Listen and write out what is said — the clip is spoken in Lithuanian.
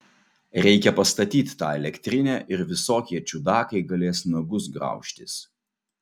reikia pastatyt tą elektrinę ir visokie čiudakai galės nagus graužtis